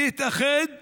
להתאחד